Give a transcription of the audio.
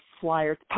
flyer